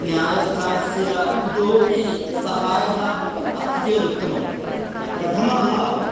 न्यायस्थानस्य इतोपि सहाय्यम् अस्ति चेदुत्तमं प्रथमः